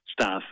staff